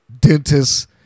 dentist